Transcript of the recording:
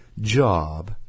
job